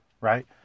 right